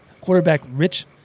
quarterback-rich